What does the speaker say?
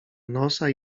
nosa